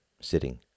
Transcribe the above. sitting